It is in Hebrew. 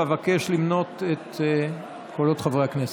ואבקש למנות את קולות חברי הכנסת.